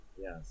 Yes